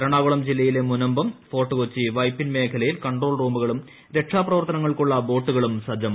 എറണാകുളം ജില്ലയിലെ മുനമ്പം ഫോർട്ട് കൊച്ചി വൈപ്പിൻ മേഖഖലയിൽ കൺട്രോൾ റൂമുകളും രക്ഷാപ്രവർത്തനങ്ങൾക്കുള്ള ബോട്ടുകളും സജ്ജമായി